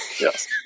Yes